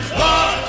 walk